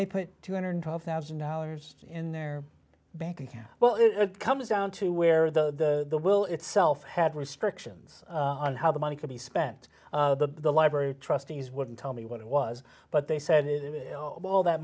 they put two hundred and twelve thousand dollars in their bank account well it comes down to where the will itself had restrictions on how the money could be spent the library trustees wouldn't tell me what it was but they said all that